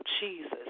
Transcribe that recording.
Jesus